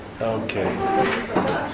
Okay